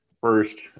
first